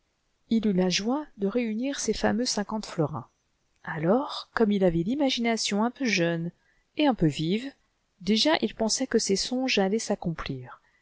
il eut la joie de réunir ses fameux cinquante florins alors comme il avait l'imagination un peujeuneetunpeu vive déjà il pensait que ses songes allaient s'accomplir